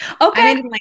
Okay